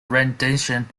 rendition